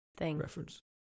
reference